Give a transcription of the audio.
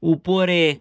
উপরে